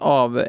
av